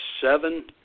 seven